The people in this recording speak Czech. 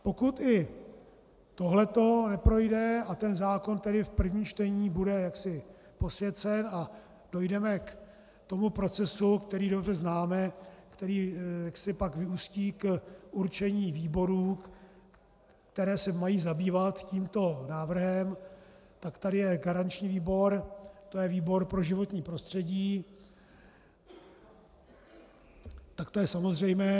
Pokud i tohleto neprojde a ten zákon v prvním čtení bude posvěcen a dojdeme k tomu procesu, který dobře známe, který jaksi pak vyústí v určení výborů, které se mají zabývat tímto návrhem, tak tady je garanční výbor, to je výbor pro životní prostředí, tak to je samozřejmé.